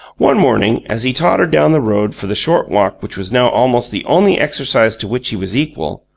one morning, as he tottered down the road for the short walk which was now almost the only exercise to which he was equal,